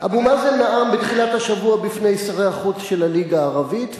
אבו מאזן נאם בתחילת השבוע בפני שרי החוץ של הליגה הערבית,